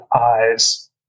eyes